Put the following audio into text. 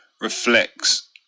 reflects